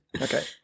Okay